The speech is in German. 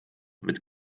mit